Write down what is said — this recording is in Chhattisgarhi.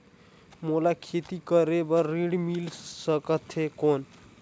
मोला खेती करे बार ऋण मिल सकथे कौन?